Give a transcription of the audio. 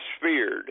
feared